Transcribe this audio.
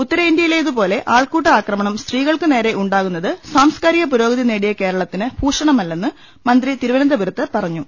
ഉത്തരേന്തൃയിലേതുപോലെ ആൾക്കൂട്ട ആക്രമണം സ്ത്രീകൾക്കുനേരെ ഉണ്ടാകുന്നത് സാംസ്കാരിക പുരോഗതി നേടിയ കേരളത്തിന് ഭൂഷണമല്ലെന്ന് മന്ത്രി തിരു വനന്തപുരത്ത് പറഞ്ഞു